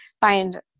find